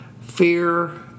Fear